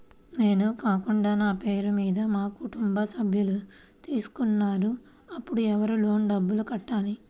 నేను కాకుండా నా పేరు మీద మా కుటుంబ సభ్యులు తీసుకున్నారు అప్పుడు ఎవరు లోన్ డబ్బులు కట్టాలి?